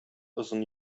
озын